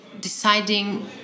Deciding